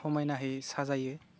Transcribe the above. समायनायै साजायो